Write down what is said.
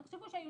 תחשבו שהיו,